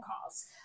calls